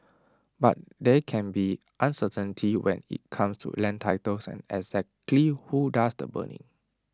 but there can be uncertainty when IT comes to land titles and exactly who does the burning